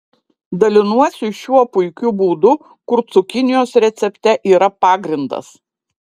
dalinuosi šiuo puikiu būdu kur cukinijos recepte yra pagrindas